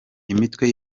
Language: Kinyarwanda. imitwe